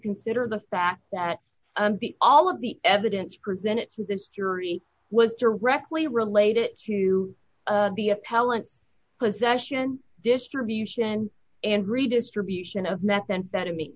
consider the fact that all of the evidence presented to this jury was directly related to the appellant possession distribution and redistribution of methamphetamine